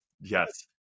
yes